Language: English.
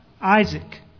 Isaac